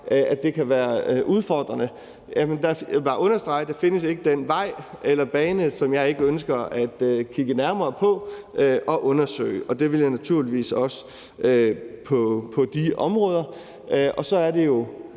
kan det være udfordrende. Der vil jeg bare understrege, at der ikke findes den vej eller bane, som jeg ikke ønsker at kigge nærmere på og undersøge, og det vil jeg naturligvis også på de områder. Og så er det jo